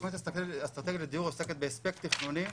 התוכנית האסטרטגית לדיור עוסקת באספקט תכנוני,